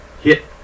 hit